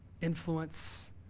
influence